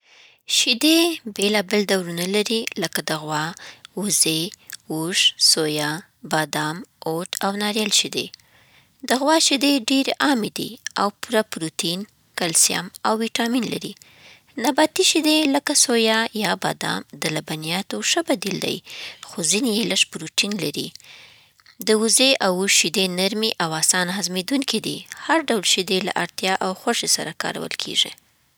شیدې بېلابېل ډولونه لري لکه د غوا، وزې، اوښ، سویا، بادام، اوټ او ناريل شیدې. د غوا شیدې ډېرې عامې دي او پوره پروټین، کلسیم او ویټامین لري. نباتي شیدې لکه سویا یا بادام د لبنیاتو ښه بدیل دي، خو ځینې یې لږ پروټین لري. د وزې او اوښ شیدې نرمې او آسانه هضمېدونکي دي. هر ډول شیدې له اړتیا او خوښې سره کارول کېږي.